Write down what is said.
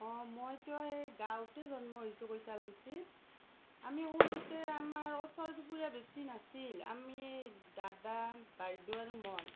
অঁ মইতো এই গাঁৱতে জন্ম হৈছো কৈঠালকুছি আমি সৰুতে আমাৰ ওচৰ চুবুৰীয়া বেছি নাছিল আমি দাদা বাইদেউ আৰু মই